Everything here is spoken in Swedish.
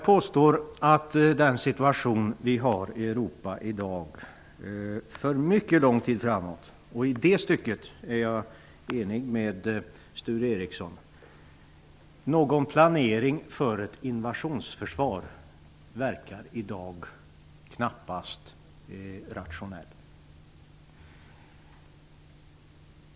I den situation vi har i Europa i dag, och under mycket lång tid framöver -- och i det stycket är jag enig med Sture Ericson -- verkar en planering för ett invasionsförsvar enligt min mening knappast rationell.